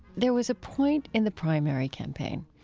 there was a point in the primary campaign,